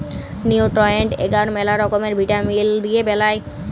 nutrient এগার ম্যালা রকমের ভিটামিল দিয়ে বেলায়